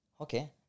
okay